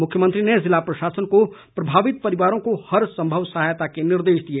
मुख्यमंत्री ने ज़िला प्रशासन को प्रभावित परिवारों को हर संभव सहायता के निर्देश दिए